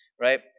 right